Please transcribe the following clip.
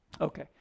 Okay